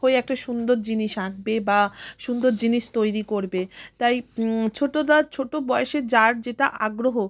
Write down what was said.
হয়ে একটা সুন্দর জিনিস আঁকবে বা সুন্দর জিনিস তৈরি করবে তাই ছোটোদের ছোটো বয়সে যার যেটা আগ্রহ